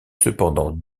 cependant